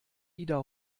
ida